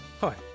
Hi